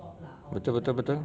betul betul betul